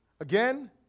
Again